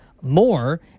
more